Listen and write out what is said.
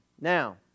Now